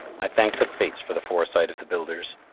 i thanked the fates for the foresight of the builders.